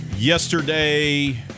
Yesterday